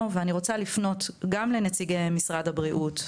ואני רוצה לפנות גם לנציגי משרד הבריאות,